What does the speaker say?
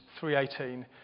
3.18